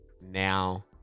now